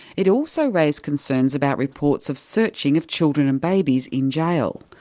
it also raised concerns about reports of searching of children and babies in jail,